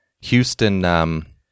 Houston